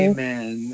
Amen